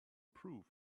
proof